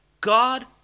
God